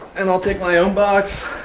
and i'll take my own box